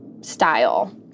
style